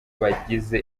bagize